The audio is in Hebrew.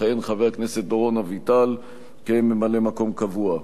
יכהן חבר הכנסת דורון אביטל כממלא-מקום קבוע.